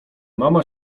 mama